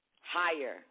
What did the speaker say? higher